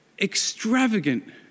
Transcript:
extravagant